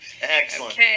Excellent